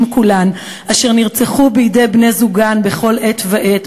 כולן אשר נרצחו בידי בני-זוגן בכל עת ועת,